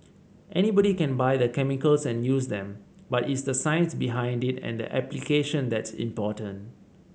anybody can buy the chemicals and use them but it's the science behind it and the application that's important